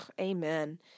Amen